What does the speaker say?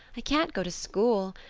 i can't go to school.